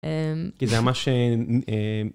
כי זה ממש אה